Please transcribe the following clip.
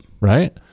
Right